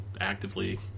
actively